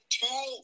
two